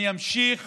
אני אמשיך